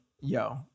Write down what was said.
yo